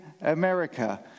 America